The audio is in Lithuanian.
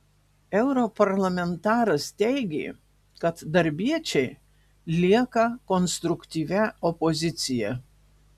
europarlamentaras teigė kad darbiečiai lieka konstruktyvia opozicija